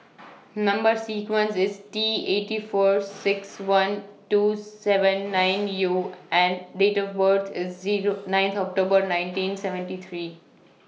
Number sequence IS T eighty four six one two seven nine U and Date of birth IS Zero ninth October nineteen seventy three